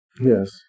Yes